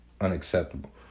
unacceptable